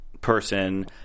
person